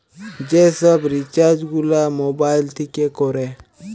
যে সব রিচার্জ গুলা মোবাইল থিকে কোরে